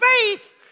faith